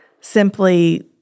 simply